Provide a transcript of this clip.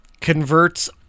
converts